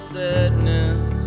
sadness